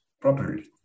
properly